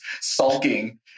sulking